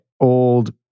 Old